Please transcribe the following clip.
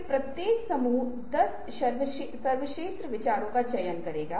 इसलिए मुक्त संघ मैने कहा कि विस्तृत किया जा सकता है